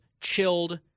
chilled